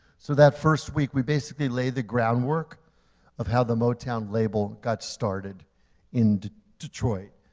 so that first week we basically laid the groundwork of how the motown label got started in detroit.